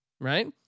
Right